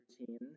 routine